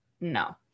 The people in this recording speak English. no